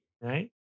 right